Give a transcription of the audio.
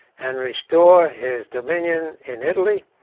and restore his dominion in italy,